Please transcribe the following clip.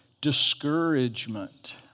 discouragement